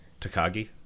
Takagi